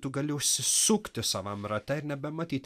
tu gali užsisukti savam rate ir nebematyt